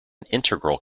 integral